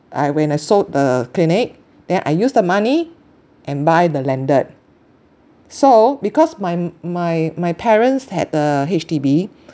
I when I sold the clinic then I use the money and buy the landed so because my m~ my my parents had a H_D_B